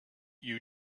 you